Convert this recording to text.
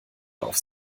auf